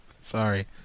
sorry